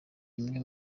bimwe